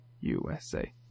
USA